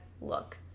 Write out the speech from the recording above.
look